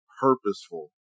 purposeful